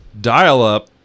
dial-up